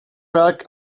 berg